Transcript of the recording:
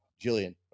Jillian